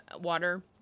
water